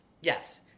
Yes